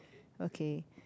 okay